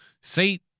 See